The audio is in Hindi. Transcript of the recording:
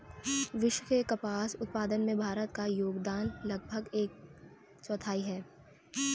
विश्व के कपास उत्पादन में भारत का योगदान लगभग एक चौथाई है